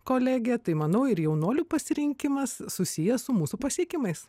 kolegija tai manau ir jaunuolių pasirinkimas susijęs su mūsų pasiekimais